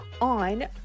on